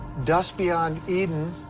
dust beyond eden.